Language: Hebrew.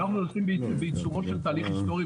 אנחנו נמצאים בעיצומו של תהליך היסטורי,